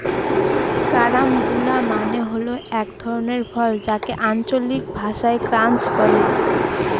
carambola মানে হল এক ধরনের ফল যাকে আঞ্চলিক ভাষায় ক্রাঞ্চ বলে